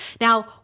Now